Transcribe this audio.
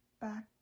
back